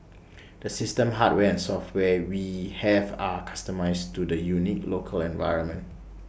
the system hardware and software we have are customised to the unique local environment